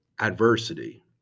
adversity